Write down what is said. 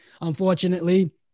Unfortunately